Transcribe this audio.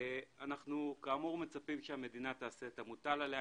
אנחנו מצפים שהמדינה תעשה את המוטל עליה.